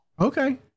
Okay